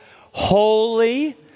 holy